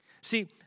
See